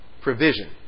provision